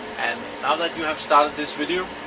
and now that you have started this video,